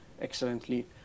excellently